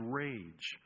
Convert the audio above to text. rage